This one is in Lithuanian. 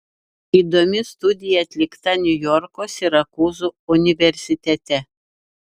įdomi studija atlikta niujorko sirakūzų universitete